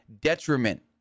detriment